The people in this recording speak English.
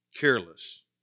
Careless